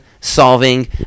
solving